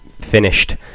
finished